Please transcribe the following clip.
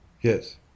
Yes